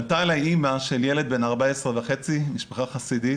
פנתה אלי אמא של ילד בן 14.5, ממשפחה חסידית